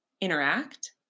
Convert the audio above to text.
interact